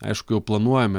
aišku planuojame